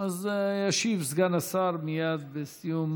אז ישיב סגן השר מייד בסיום